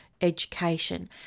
education